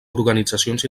organitzacions